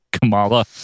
kamala